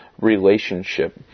relationship